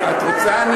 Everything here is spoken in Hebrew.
את רוצה,